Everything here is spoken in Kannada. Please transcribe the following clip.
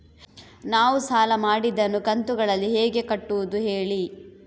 ನಾವು ಸಾಲ ಮಾಡಿದನ್ನು ಕಂತುಗಳಲ್ಲಿ ಹೇಗೆ ಕಟ್ಟುದು ಹೇಳಿ